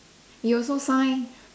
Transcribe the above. you also sign